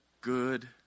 good